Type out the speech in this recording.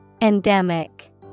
Endemic